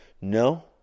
No